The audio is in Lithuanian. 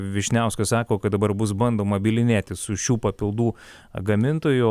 vyšniauskas sako kad dabar bus bandoma bylinėtis su šių papildų gamintoju